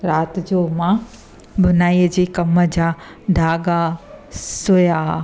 राति जो मां बुनाईअ जे कम जा धागा सुया